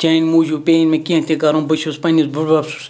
چانہِ موٗجوٗب پیٚیِن مےٚ کینٛہہ تہِ کَرُن بہٕ چھُس پنٛںِس بٔڈۍ بَب